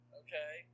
okay